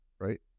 right